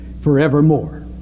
forevermore